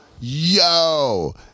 yo